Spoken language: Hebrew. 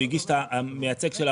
המייצג שלה,